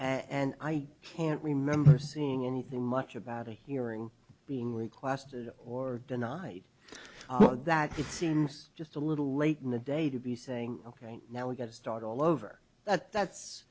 and i can't remember seeing anything much about a hearing being requested or denied that it seems just a little late in the day to be saying ok now we've got to start all over that that's